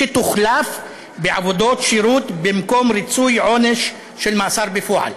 שתוחלף בעבודות שירות במקום ריצוי עונש של מאסר בפועל.